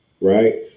right